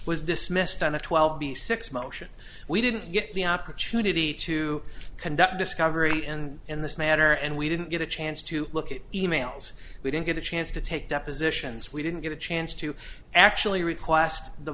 was dismissed on a twelve b six motion we didn't get the opportunity to conduct discovery and in this matter and we didn't get a chance to look at e mails we didn't get a chance to take depositions we didn't get a chance to actually request the